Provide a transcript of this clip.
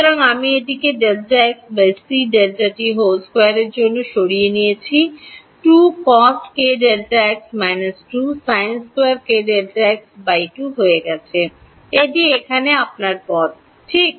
সুতরাং আমি এটিকে Δx cΔt 2 এ অন্য দিকে সরিয়ে নিয়েছি 2 coskΔx − 2 sin2 kΔx 2 হয়ে গেছে এটি এখানে আপনার পদটি ঠিক